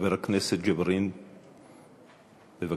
חבר הכנסת ג'בארין, בבקשה.